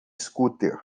scooter